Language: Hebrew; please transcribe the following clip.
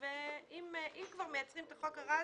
העירייה והשרים הרלוונטיים,